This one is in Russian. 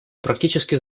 практически